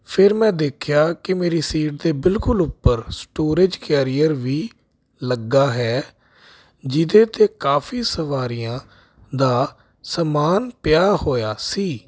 ਫਿਰ ਮੈਂ ਦੇਖਿਆ ਕਿ ਮੇਰੀ ਸੀਟ ਦੇ ਬਿਲਕੁਲ ਉੱਪਰ ਸਟੋਰੇਜ ਕੈਰੀਅਰ ਵੀ ਲੱਗਿਆ ਹੈ ਜਿਹਦੇ 'ਤੇ ਕਾਫ਼ੀ ਸਵਾਰੀਆਂ ਦਾ ਸਮਾਨ ਪਿਆ ਹੋਇਆ ਸੀ